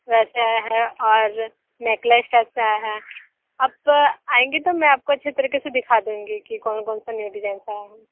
वैसे आया है और नेकलेस टाइप का आया है आप आएंगे तो मैं आपको अच्छे तरीके से दिखा दूंगी कि कौन कौन सा न्यू डिज़ाइनज़ आया है